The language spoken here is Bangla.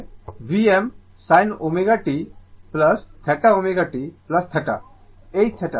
সুতরাং v আসলে Vm sin ω sorry ω t θ ω t θ এই θ